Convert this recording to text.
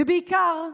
ובעיקר,